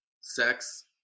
sex